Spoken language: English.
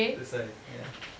that's why ya